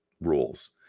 rules